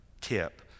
tip